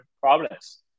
problems